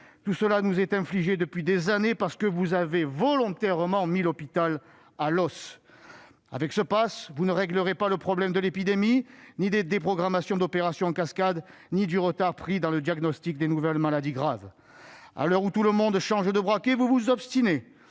Tout cela nous est infligé depuis des années parce que vous avez volontairement réduit l'hôpital à l'os. Avec ce passe, vous ne réglerez ni le problème de l'épidémie, ni les déprogrammations d'opérations en cascade, ni les retards pris dans le diagnostic de nouvelles maladies graves. À l'heure où tout le monde change de braquet, vous vous obstinez.